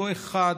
אותו אחד,